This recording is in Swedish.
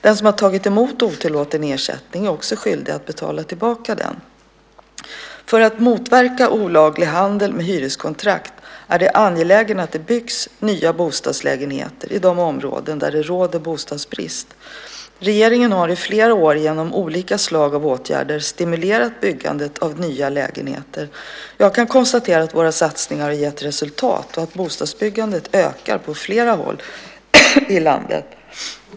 Den som har tagit emot otillåten ersättning är också skyldig att betala tillbaka den. För att motverka olaglig handel med hyreskontrakt är det angeläget att det byggs nya bostadslägenheter i de områden där det råder bostadsbrist. Regeringen har i flera år genom olika slag av åtgärder stimulerat byggandet av nya lägenheter. Jag kan konstatera att våra satsningar har gett resultat och att bostadsbyggandet ökar på flera håll i landet.